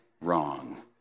wrong